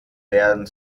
werden